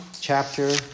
chapter